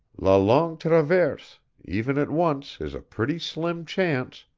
la longue traverse, even at once, is a pretty slim chance.